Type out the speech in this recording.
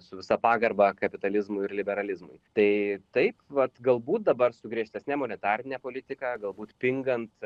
su visa pagarba kapitalizmui ir liberalizmui tai taip vat galbūt dabar su griežtesne monetarine politika galbūt pingant